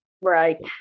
right